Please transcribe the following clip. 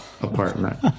apartment